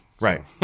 Right